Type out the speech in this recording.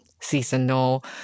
seasonal